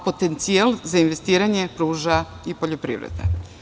Potencijal za investiranje pruža i poljoprivreda.